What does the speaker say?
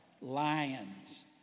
lions